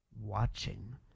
watching